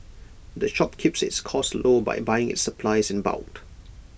the shop keeps its costs low by buying its supplies in bulk